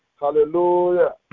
Hallelujah